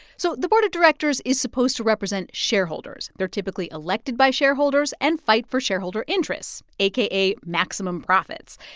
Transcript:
so the board of directors is supposed to represent shareholders. they're typically elected by shareholders and fight for shareholder interests aka maximum profits.